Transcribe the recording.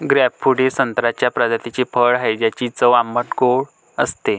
grapefruit हे संत्र्याच्या प्रजातीचे फळ आहे, ज्याची चव आंबट आणि गोड असते